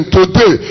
Today